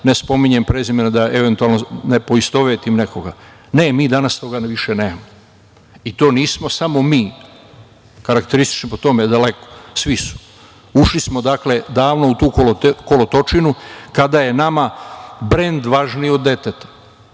ne spominjem prezimena, pa da ne poistovetim nekoga. Ne, mi danas toga nemamo. Nismo samo mi karakteristični po tome, daleko, svi su. Dakle, ušli smo davno u tu kolotečinu, kada je nama brend važniji od deteta,